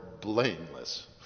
blameless